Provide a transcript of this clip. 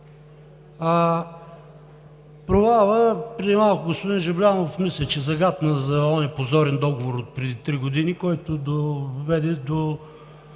Провалът – преди малко господин Жаблянов мисля, че загатна за онзи позорен договор отпреди три години, който доведе до